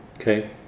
okay